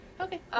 Okay